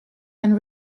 and